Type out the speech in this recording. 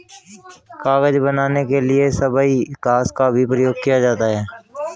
कागज बनाने के लिए सबई घास का भी प्रयोग किया जाता है